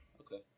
Okay